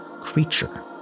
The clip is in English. creature